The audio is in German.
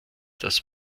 das